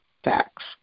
facts